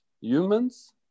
humans